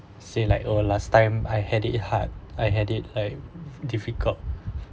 say like oh last time I had it hard I had it like difficult